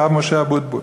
הרב משה אבוטבול.